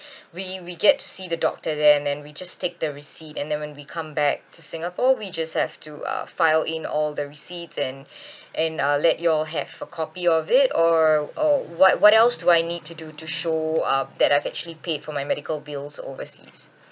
we we get to see the doctor there and then we just take the receipt and then when we come back to singapore we just have to uh file in all the receipts and and uh let you all have for a copy of it or or what what else do I need to do to show uh that I've actually paid for my medical bills overseas